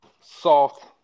soft